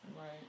Right